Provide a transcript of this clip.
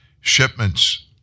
Shipments